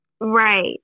right